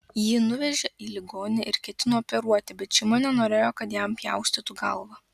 jį nuvežė į ligoninę ir ketino operuoti bet šeima nenorėjo kad jam pjaustytų galvą